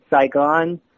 Saigon